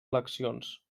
eleccions